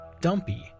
dumpy